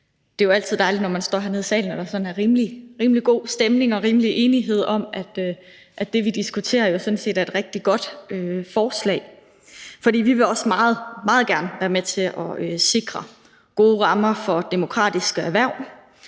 Det er jo altid dejligt, når man står hernede i salen og der sådan er rimelig god stemning og rimelig meget enighed om, at det, vi diskuterer, jo sådan set er et rigtig godt forslag. For vi vil også meget, meget gerne være med til at sikre gode rammer for demokratiske erhverv.